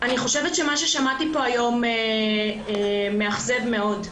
אני חושבת שמה ששמעתי פה היום מאכזב מאוד.